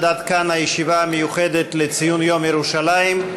עד כאן הישיבה המיוחדת לציון יום ירושלים.